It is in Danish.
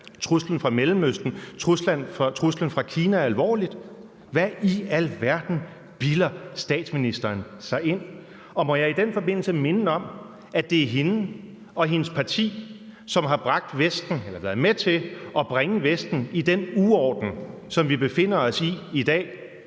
truslen fra Mellemøsten, truslen fra Kina alvorligt? Hvad i alverden bilder statsministeren sig ind? Må jeg i den forbindelse minde om, at det er hende og hendes parti, som har bragt Vesten eller været med til at bringe Vesten i den uorden, som vi befinder os i i dag.